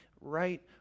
right